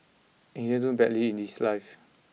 and he didn't do too badly in his life